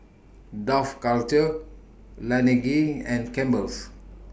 Dough Culture Laneige and Campbell's